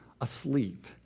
asleep